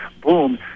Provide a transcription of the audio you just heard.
boom